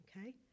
okay